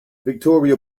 victoria